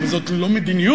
אבל זאת לא מדיניות,